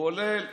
כולל